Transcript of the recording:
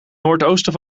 noordoosten